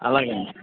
అలాగేనండి